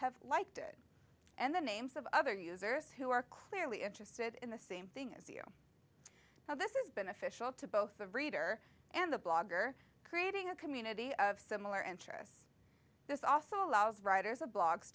have liked it and the names of other users who are clearly interested in the same thing as you now this is beneficial to both of reader and the blogger creating a community of similar interests this also allows writers of blo